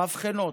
מבחנות.